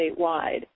statewide